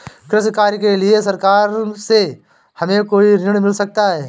कृषि कार्य के लिए सरकार से हमें कोई ऋण मिल सकता है?